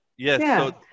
Yes